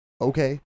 Okay